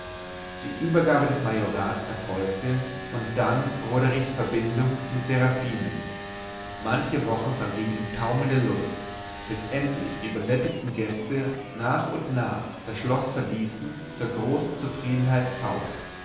die übergabe des majorats erfolgte und dann roderichs verbindung mit seraphinen manche woche verging im taumel der lust bis endlich die übersättigten gäste nach und nach das schloß verließen zur großen zufriedenheit